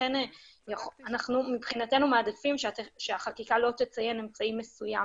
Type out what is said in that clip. לכן מבחינתנו אנחנו מעדיפים שהחקיקה לא תציין אמצעי מסוים